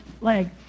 leg